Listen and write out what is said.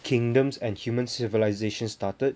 kingdoms and human civilisations started